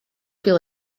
feel